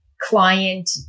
client